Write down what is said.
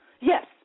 Yes